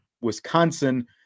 Wisconsin